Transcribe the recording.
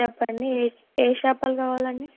చెప్పండి ఏ ఏ చేపలు కావాలండి